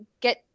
get